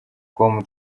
com